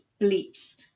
bleeps